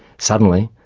suddenly,